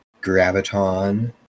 Graviton